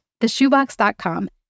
theshoebox.com